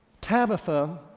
Tabitha